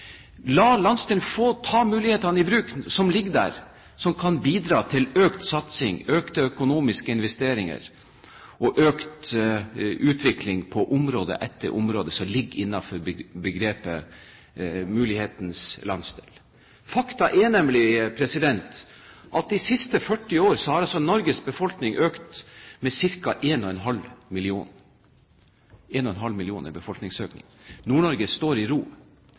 La landsdelen få ta i bruk mulighetene som ligger der, og som kan bidra til økt satsing, økte økonomiske investeringer og økt utvikling på område etter område innenfor begrepet «mulighetenes landsdel». Fakta er nemlig at de siste førti år har Norges befolkning økt med ca. 1,5 millioner. Nord-Norge står i ro. Nordland og Finnmark har tilbakegang, mens Troms har en beskjeden vekst i